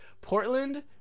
Portland